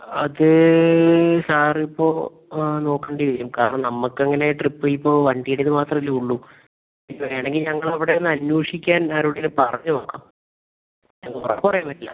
അത് സാർ ഇപ്പോൾ നോക്കേണ്ടി വരും കാരണം നമുക്ക് അങ്ങനെ ട്രിപ്പ് ഇപ്പോൾ വണ്ടിയുടേത് മാത്രമല്ലേ ഉള്ളൂ വേണമെങ്കിൽ ഞങ്ങൾ അവിടെ ഒന്ന് അന്വേഷിക്കാൻ ആരോടെങ്കിലും പറഞ്ഞ് നോക്കാം ഉറപ്പ് പറയാൻ പറ്റില്ല